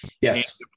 Yes